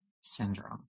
syndrome